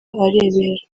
arebera